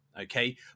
okay